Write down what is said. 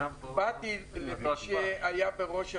באתי למי שהיה בראש התכנון,